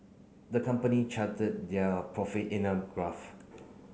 the company charted their profit in a graph